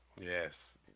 Yes